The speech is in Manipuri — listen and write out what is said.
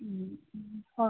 ꯎꯝ ꯍꯣꯏ